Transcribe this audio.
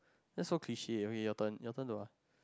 that so cliche okay your turn your turn to ask